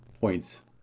points